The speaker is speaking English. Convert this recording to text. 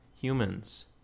humans